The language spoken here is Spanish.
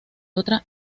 otra